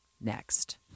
next